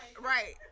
Right